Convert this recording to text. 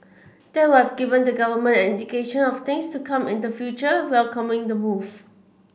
that was given the Government an indication of things to come in the future welcoming the move